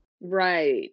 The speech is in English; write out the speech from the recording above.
Right